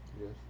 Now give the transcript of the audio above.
yes